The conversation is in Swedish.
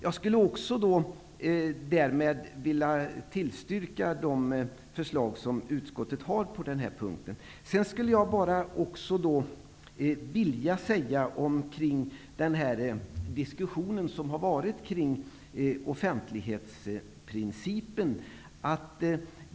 Jag vill därför yrka bifall till utskottets förslag. Jag vill också säga något om den diskussion som har förts om offentlighetsprincipen.